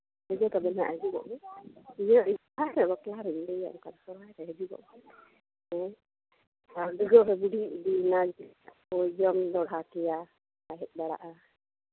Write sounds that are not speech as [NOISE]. ᱜᱳᱡᱳ ᱛᱟᱵᱮᱱ ᱦᱟᱸᱜ ᱦᱤᱡᱩᱜᱚᱜ ᱵᱮᱱ ᱤᱭᱟᱹ ᱦᱮᱸ ᱥᱮ ᱵᱟᱯᱞᱟᱨᱤᱧ ᱞᱟᱹᱭ ᱟᱢ ᱠᱟᱱᱟ ᱥᱚᱦᱨᱟᱭ ᱨᱮ ᱦᱤᱡᱩᱜᱚᱜ ᱵᱮᱱ ᱦᱮᱸ [UNINTELLIGIBLE] ᱮᱱᱟᱭ ᱡᱚᱢ ᱫᱚᱦᱲᱟ ᱠᱮᱭᱟ ᱵᱟᱭ ᱦᱮᱡᱽ ᱵᱟᱲᱟᱜᱼᱟ